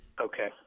Okay